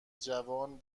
جوان